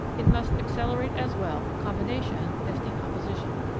it must accelerate as well combination as decomposition.